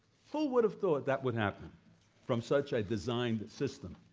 who would have thought that would happen from such a designed system?